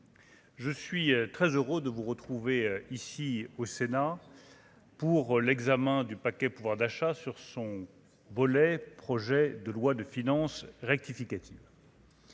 Je suis très heureux de vous retrouver ici au Sénat pour l'examen du paquet, pouvoir d'achat sur son volet : projet de loi de finances rectificative.